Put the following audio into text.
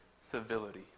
civility